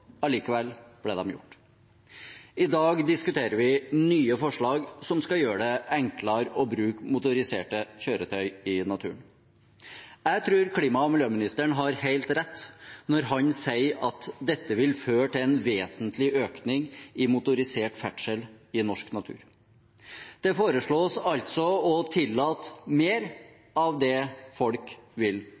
allikevel ble de gjort. I dag diskuterer vi nye forslag som skal gjøre det enklere å bruke motoriserte kjøretøy i naturen. Jeg tror klima- og miljøministeren har helt rett når han sier at dette vil føre til en vesentlig økning i motorisert ferdsel i norsk natur. Det foreslås altså å tillate mer av det folk vil